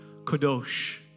kadosh